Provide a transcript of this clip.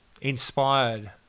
Inspired